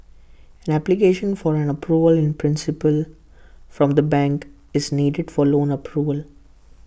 an application for an approval in principle from the bank is needed for loan approval